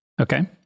Okay